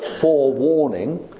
forewarning